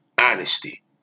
honesty